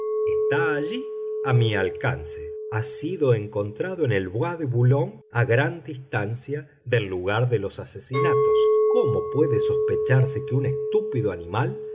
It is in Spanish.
está allí a mi alcance ha sido encontrado en el bois de boulogne a gran distancia del lugar de los asesinatos cómo puede sospecharse que un estúpido animal